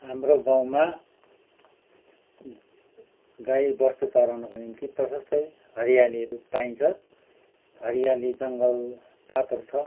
हाम्रो गाँउमा गाई बस्तु चराउनको निम्ती प्रशस्तै हरियाली रूख पाइन्छ हरियाली जङ्गल पातहरू छ